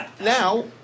Now